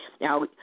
Now